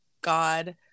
god